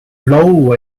low